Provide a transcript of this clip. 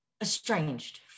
estranged